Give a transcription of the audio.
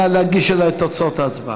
נא להגיש לי את תוצאות ההצבעה.